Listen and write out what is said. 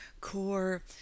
core